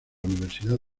universidad